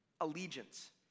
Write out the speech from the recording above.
allegiance